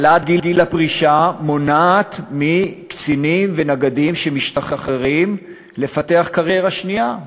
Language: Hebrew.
העלאת גיל הפרישה מונעת מקצינים ונגדים שמשתחררים לפתח קריירה שנייה,